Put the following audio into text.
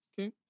Okay